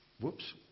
whoops